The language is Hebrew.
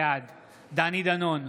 בעד דני דנון,